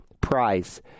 price